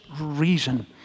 reason—